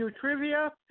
Trivia